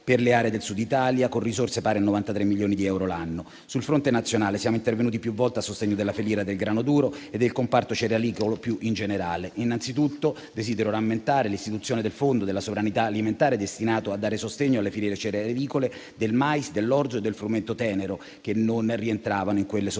per le aree del Sud Italia, con risorse pari a 93 milioni di euro l'anno. Sul fronte nazionale, siamo intervenuti più volte a sostegno della filiera del grano duro e del comparto cerealicolo più in generale. Innanzitutto desidero rammentare l'istituzione del Fondo per la sovranità alimentare, destinato a dare sostegno alle filiere cerealicole del mais, dell'orzo e del frumento tenero, che non rientravano tra quelle sostenute